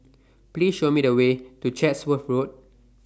Please Show Me The Way to Chatsworth Road